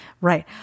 right